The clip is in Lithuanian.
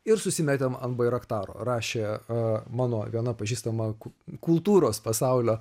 ir susimetėm ant bairaktaro rašė a mano viena pažįstama ku kultūros pasaulio